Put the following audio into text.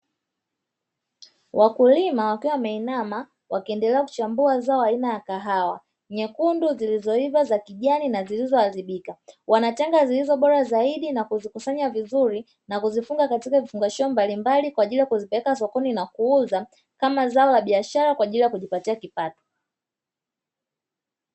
Wakulima wakiwa wameinama, wakiendelea kuchambua zao aina ya kahawa, nyekundu zilizoiva, za kijani na zilizoharibika. Wanatenga zilizo bora zaidi na kuzikusanya vizuri, na kuzifunga katika vifungashio mbalimbali, kwa ajili ya kuzipeleka sokoni na kuuza, kama zao la biashara kwa ajili ya kujipatia kipato.